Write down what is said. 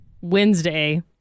Wednesday